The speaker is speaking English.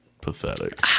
pathetic